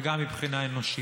וגם מבחינה אנושית.